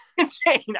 insane